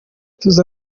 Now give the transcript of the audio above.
tuza